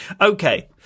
okay